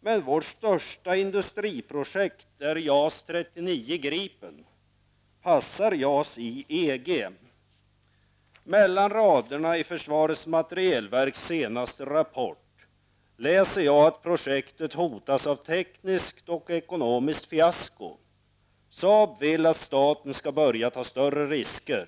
Men vårt största industriprojekt är JAS 39 Gripen. Passar JAS i EG? Mellan raderna i FMVs senaste rapport läser jag att projektet hotas av tekniskt och ekonomiskt fiasko -- SAAB vill att staten skall börja ta större risker.